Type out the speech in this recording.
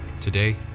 Today